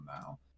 now